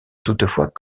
toutefois